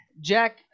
Jack –